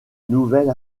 nouvelle